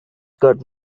got